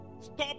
Stop